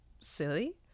silly